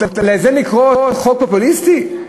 לזה לקרוא חוק פופוליסטי?